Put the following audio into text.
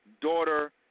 daughter